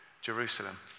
Jerusalem